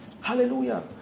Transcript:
Hallelujah